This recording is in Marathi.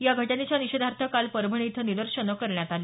या घटनेच्या निषेधार्थ काल परभणी इथं निदर्शनं करण्यात आली